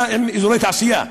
מה עם אזורי תעשייה?